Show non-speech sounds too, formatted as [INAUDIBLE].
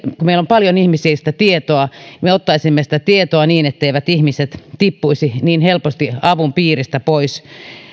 meillä on paljon tietoa ihmisistä niin me ottaisimme sitä tietoa niin etteivät ihmiset tippuisi [UNINTELLIGIBLE] niin helposti avun piiristä pois